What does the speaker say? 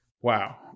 wow